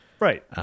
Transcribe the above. Right